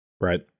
Right